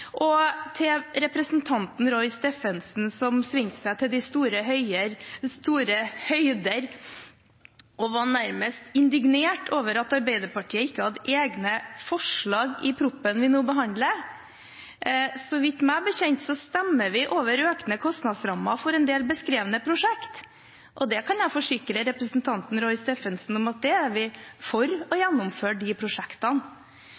realiseres. Til representanten Roy Steffensen, som svingte seg til de store høyder og var nærmest indignert over at Arbeiderpartiet ikke hadde egne forslag i proposisjonen vi nå behandler: Så vidt meg bekjent så stemmer vi over økende kostnadsrammer for en del beskrevne prosjekt, og jeg kan forsikre representanten Roy Steffensen om at vi er for å